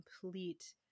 complete